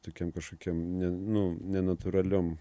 tokiam kažkokiam ne nu nenatūraliom